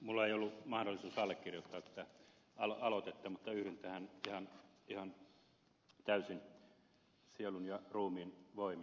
minulla ei ollut mahdollisuutta allekirjoittaa tätä aloitetta mutta yhdyn tähän ihan täysin sielun ja ruumiin voimin